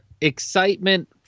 excitement